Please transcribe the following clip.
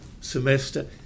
semester